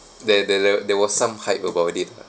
there there there there was some hype about it lah